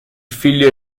figlio